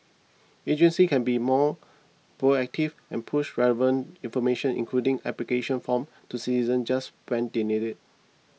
agencies can be more proactive and push relevant information including application forms to citizens just when they need it